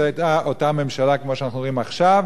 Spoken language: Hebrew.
אך זו היתה אותה ממשלה כמו שאנחנו רואים עכשיו.